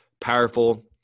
powerful